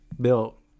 built